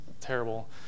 terrible